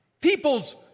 People's